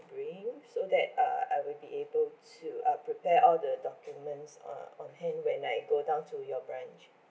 bring so that uh I will be able to uh prepare all the documents uh on hand when I go down to your branch